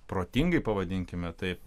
protingai pavadinkime taip